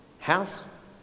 House